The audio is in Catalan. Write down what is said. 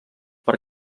per